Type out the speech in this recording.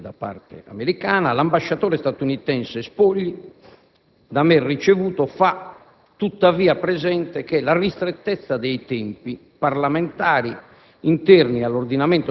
intervengono gli elementi da parte americana, l'ambasciatore statunitense Spogli, da me ricevuto, fa tuttavia presente che la ristrettezza dei tempi